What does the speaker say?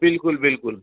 बिलकुल बिलकुल